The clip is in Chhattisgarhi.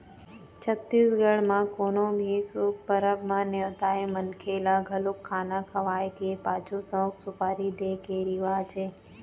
छत्तीसगढ़ म कोनो भी शुभ परब म नेवताए मनखे ल घलोक खाना खवाए के पाछू सउफ, सुपारी दे के रिवाज हे